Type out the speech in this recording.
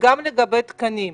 וגם לגבי תקנים.